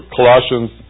Colossians